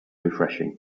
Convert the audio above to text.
refreshing